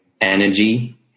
energy